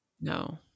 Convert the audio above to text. No